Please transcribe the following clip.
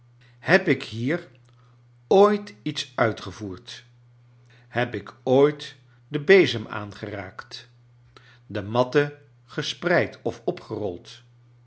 heb ik hier ooit iets uitgevoerd heb ik ooit den bezem aangeraakt de matt en gespreid of opgerold